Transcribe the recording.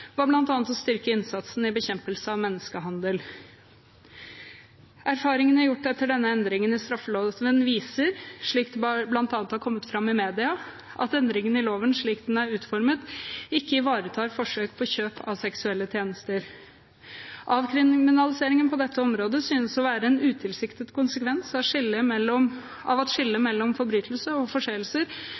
var bl.a. å styrke innsatsen for å bekjempe menneskehandel. Erfaringene gjort etter denne endringen i straffeloven viser, slik det bl.a. er kommet fram i media, at endringene i loven slik den er utformet, ikke ivaretar forsøk på kjøp av seksuelle tjenester. Avkriminaliseringen på dette området synes å være en utilsiktet konsekvens av at skillet mellom forbrytelser og forseelser ble forlatt ved innføring av